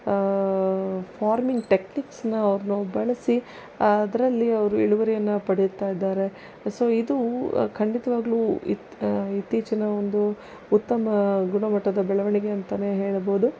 farming ಟೆಕ್ನಿಕ್ಸ್ನ ಅವ್ರುನ್ನು ಬಳಸಿ ಅದರಲ್ಲಿ ಅವರು ಇಳುವರಿಯನ್ನು ಪಡೀತಾ ಇದ್ದಾರೆ ಸೊ ಇದೂ ಖಂಡಿತವಾಗಲೂ ಇತ್ತ ಇತ್ತೀಚಿನ ಒಂದು ಉತ್ತಮ ಗುಣಮಟ್ಟದ ಬೆಳವಣಿಗೆ ಅಂತಾ ಹೇಳ್ಬೋದು